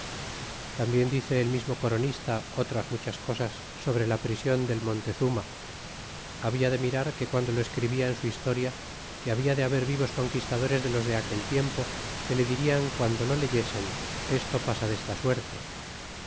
tambien dice el mismo coronista otras muchas cosas sobre la prision del montezuma habia de mirar que guando lo escribia en su historia que había de haber vivos conquistadores de los de aquel tiempo que le dirian guando lo leyesen esto pasa desta suerte